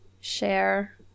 share